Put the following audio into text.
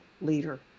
leader